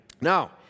Now